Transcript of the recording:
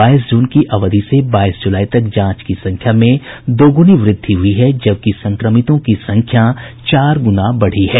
बाईस जून की अवधि से बाईस जुलाई तक जांच की संख्या में दोगुनी वृद्धि हुई है जबकि संक्रमितों की संख्या चार गुना बढ़ी है